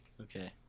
Okay